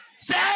Say